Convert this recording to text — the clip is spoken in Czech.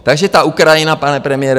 Takže ta Ukrajina, pane premiére.